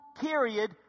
period